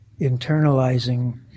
internalizing